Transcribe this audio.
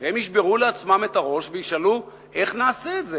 הם ישברו לעצמם את הראש וישאלו: איך נעשה את זה?